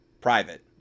private